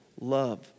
love